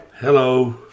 Hello